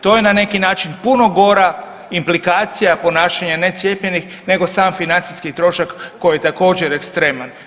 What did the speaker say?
To je na neki način puno gora implikacija ponašanja necijepljenih nego sam financijski trošak koji je također ekstreman.